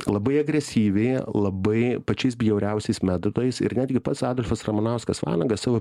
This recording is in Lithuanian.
labai agresyvi labai pačiais bjauriausiais metodais ir netgi pats adolfas ramanauskas vanagas savo